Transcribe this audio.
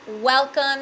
Welcome